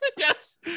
yes